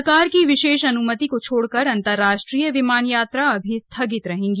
सरकार की विशेष अन्मति को छोड़कर अंतरराष्ट्रीय विमान यात्रा अभी स्थगित रहेगी